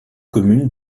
commune